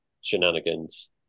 shenanigans